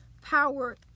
power